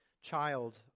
Child